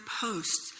posts